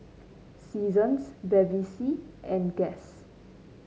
Seasons Bevy C and Guess